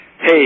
Hey